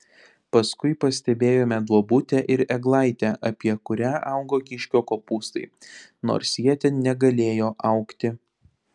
paskui pastebėjome duobutę ir eglaitę apie kurią augo kiškio kopūstai nors jie ten negalėjo augti